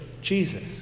Jesus